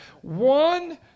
One